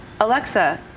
Alexa